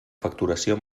facturació